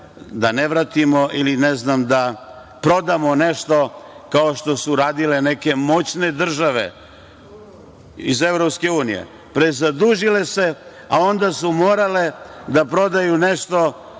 da ne vratimo ili da prodamo nešto kao što su radile neke moćne države iz EU. Prezadužile se, a onda su morale da prodaju nešto